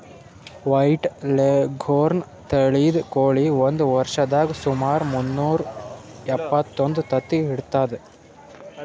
white leghorn ತಳಿದ್ ಕೋಳಿ ಒಂದ್ ವರ್ಷದಾಗ್ ಸುಮಾರ್ ಮುನ್ನೂರಾ ಎಪ್ಪತ್ತೊಂದು ತತ್ತಿ ಇಡ್ತದ್